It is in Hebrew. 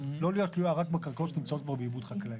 לא להיות תלויה רק בקרקעות שנמצאות כבר בעיבוד חקלאי.